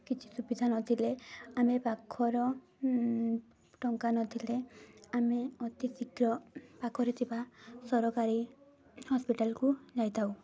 କିଛି ସୁବିଧା ନଥିଲେ ଆମେ ପାଖର ଟଙ୍କା ନଥିଲେ ଆମେ ଅତି ଶୀଘ୍ର ପାଖରେ ଥିବା ସରକାରୀ ହସ୍ପିଟାଲକୁ ଯାଇଥାଉ